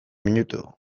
minutu